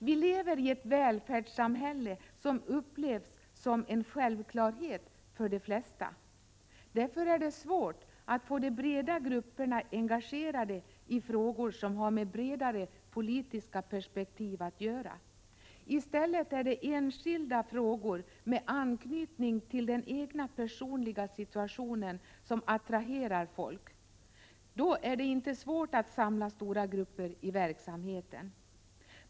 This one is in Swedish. Vi lever i ett välfärdssamhälle som upplevs som en självklarhet för de flesta. Därför är det svårt att få de breda grupperna engagerade i frågor som har med vidare politiska perspektiv att göra. I stället är det enskilda frågor med anknytning till den egna personliga situationen som attraherar folk. Då är det inte svårt att samla stora grupper i verksamheten.